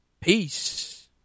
Peace